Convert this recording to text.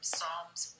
Psalms